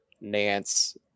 Nance